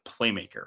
playmaker